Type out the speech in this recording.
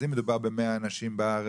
אז אם מדובר ב-100 אנשים בארץ,